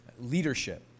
leadership